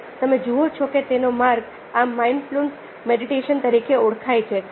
અને તમે જુઓ છો કે તેનો માર્ગ એ માઇન્ડફુલનેસ મેડિટેશન તરીકે ઓળખાય છે